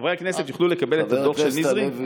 חברי כנסת יוכלו לקבל את הדוח של נזרי?